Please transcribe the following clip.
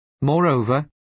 Moreover